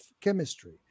chemistry